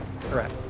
Correct